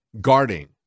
guarding